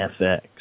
FX